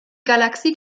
galaxie